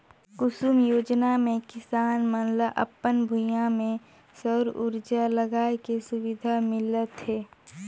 कुसुम योजना मे किसान मन ल अपन भूइयां में सउर उरजा लगाए के सुबिधा मिलत हे